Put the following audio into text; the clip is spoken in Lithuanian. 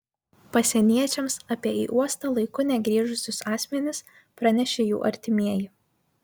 pasieniečiams apie į uostą laiku negrįžusius asmenis pranešė jų artimieji